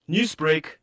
Newsbreak